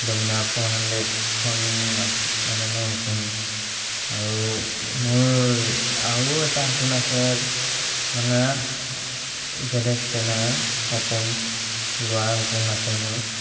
Dominar four হাণ্ড্ৰেডখন মানে মোৰ সপোন আৰু মোৰ আৰু এটা সপোন আছে মানে জেড এক্স টেন আৰ সপোন লোৱাৰ সপোন আছে মোৰ